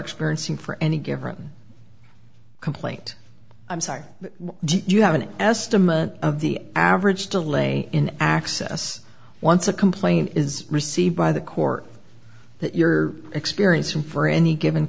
experiencing for any given complaint i'm sorry do you have an estimate of the average delay in access once a complaint is received by the court that your experience in for any given